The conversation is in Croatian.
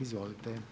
Izvolite.